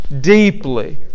deeply